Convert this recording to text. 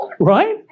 Right